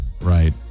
Right